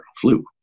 Flu